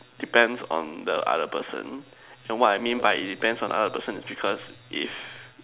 depends on the other person and what I mean by it depends on the other person is because if